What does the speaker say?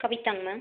கவிதாங்க ma'am